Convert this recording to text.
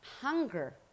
hunger